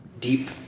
deep